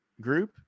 group